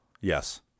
Yes